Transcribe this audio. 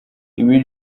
ibi